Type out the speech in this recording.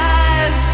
eyes